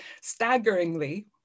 staggeringly